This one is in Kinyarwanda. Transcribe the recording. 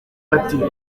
ati